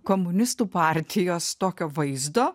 komunistų partijos tokio vaizdo